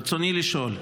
ברצוני לשאול: